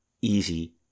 easy